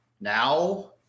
now